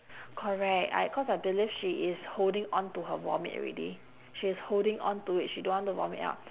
correct I cause I believe she is holding onto her vomit already she is holding onto it she don't want to vomit out